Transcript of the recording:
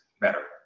better